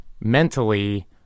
mentally